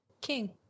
King